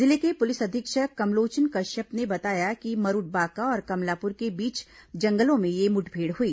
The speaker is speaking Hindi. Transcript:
जिले के पुलिस अधीक्षक कमलोचन कश्यप ने बताया कि मरूडबाका और कमलापुर के बीच जंगलों में यह मुठभेड़ हुई